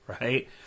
right